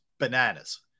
bananas